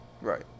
Right